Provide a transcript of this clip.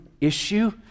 issue